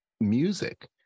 music